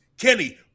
Kenny